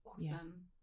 awesome